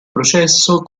processo